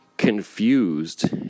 confused